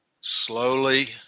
slowly